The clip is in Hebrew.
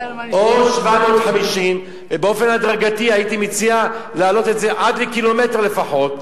או 750. הייתי מציע להעלות את זה באופן הדרגתי עד לקילומטר לפחות,